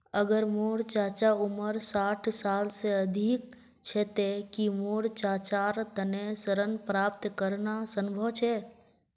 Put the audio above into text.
अगर मोर चाचा उम्र साठ साल से अधिक छे ते कि मोर चाचार तने ऋण प्राप्त करना संभव छे?